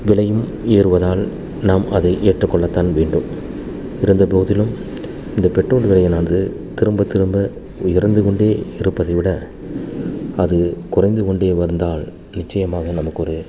விலையும் ஏறுவதால் நாம் அதை ஏற்றுக்கொள்ள தான் வேண்டும் இருந்த போதிலும் இந்த பெட்ரோல் விலையின்னானது திரும்ப திரும்ப உயர்த்துக்கொண்டு இருப்பதை விட அது குறைந்து கொண்டு வந்தால் நிச்சயமாக நமக்கு ஒரு